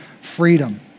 freedom